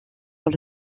sur